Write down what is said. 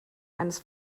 eines